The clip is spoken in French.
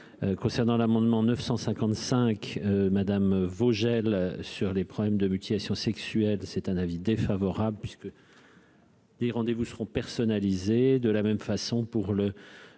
concernant l'amendement 955 madame Vogel sur les problèmes de mutilations sexuelles, c'est un avis défavorable puisque. Des rendez-vous seront personnalisés, de la même façon, pour le